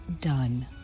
done